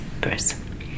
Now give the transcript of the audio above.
person